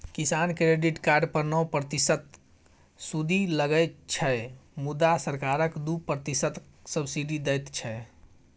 किसान credit card पर नौ प्रतिशतक सुदि लगै छै मुदा सरकार दु प्रतिशतक सब्सिडी दैत छै